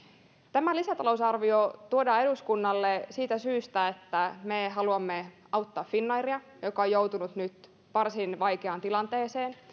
tämä lisätalousarvio tuodaan eduskunnalle siitä syystä että me haluamme auttaa finnairia joka on joutunut nyt varsin vaikeaan tilanteeseen